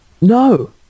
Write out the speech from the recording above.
no